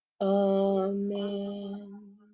Amen